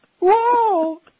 Whoa